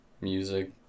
Music